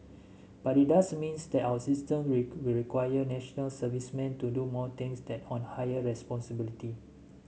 but it does means that our system will require National Servicemen to do more things that on higher responsibility